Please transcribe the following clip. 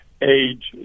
age